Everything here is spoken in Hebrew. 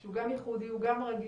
שהוא גם ייחודי, הוא גם רגיש